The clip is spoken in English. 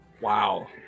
Wow